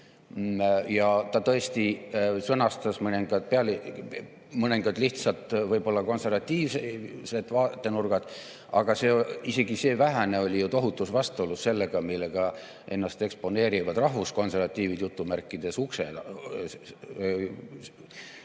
Ta tõesti sõnastas mõningad lihtsad võib-olla konservatiivsed vaatenurgad, aga isegi see vähene oli tohutus vastuolus sellega, millega ennast eksponeerivad "rahvuskonservatiivid" uksepoolses reas.